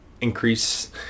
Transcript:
increase